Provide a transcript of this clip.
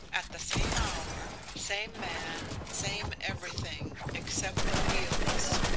at the same hour, same man, same everything, except the wheels.